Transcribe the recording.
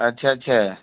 اچھا اچھا